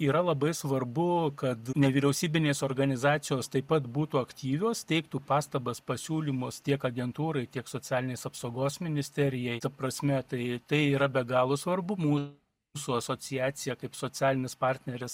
yra labai svarbu kad nevyriausybinės organizacijos taip pat būtų aktyvios teiktų pastabas pasiūlymus tiek agentūrai tiek socialinės apsaugos ministerijai ta prasme tai tai yra be galo svarbu mūsų asociacija kaip socialinis partneris